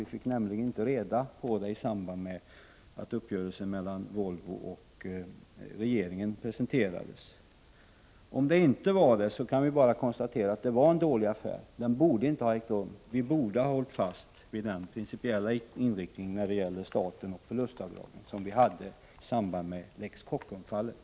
Vi fick nämligen inte reda på hur det förhöll sig med den saken i samband med att uppgörelsen mellan Volvo och regeringen presenterades. Om det inte var en del av uppgörelsen, kan vi bara konstatera att det var en dålig affär. Den borde inte ha ägt rum. Vi borde ha hållit fast vid den principiella inriktning när det gäller förlustavdrag i sådana här sammanhang som vi redovisade i samband med att lex Kockum infördes.